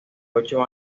ocho